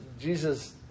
Jesus